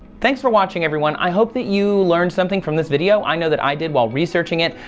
thanks for watching everyone. i hope that you learned something from this video. i know that i did while researching it.